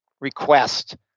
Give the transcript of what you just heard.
request